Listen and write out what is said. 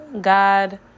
God